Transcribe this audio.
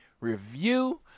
review